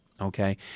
okay